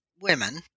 women